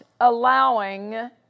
allowing